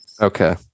Okay